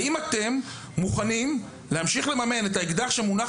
האם אתם מוכנים להמשיך לממן את האקדח שמונח